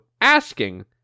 asking